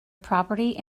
property